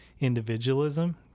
individualism